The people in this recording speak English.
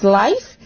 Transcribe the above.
life